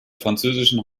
französischen